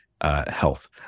Health